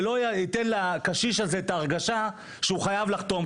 ולא ייתן לקשיש הזה את ההרגשה שהוא חייב לחתום.